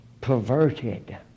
perverted